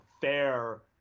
fair